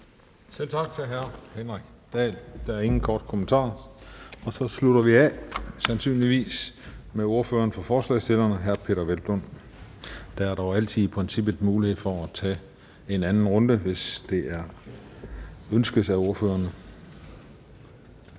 Selv tak til hr. Henrik Dahl. Der er ingen korte bemærkninger. Så slutter vi af – sandsynligvis – med ordføreren for forslagsstillerne, hr. Peder Hvelplund. Der er dog i princippet altid mulighed for at tage en anden runde, hvis det ønskes af ordførerne.